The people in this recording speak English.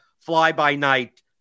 fly-by-night